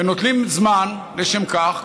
ונוטלים זמן לשם כך,